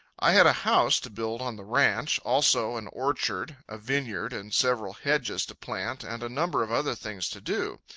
i had a house to build on the ranch, also an orchard, a vineyard, and several hedges to plant, and a number of other things to do.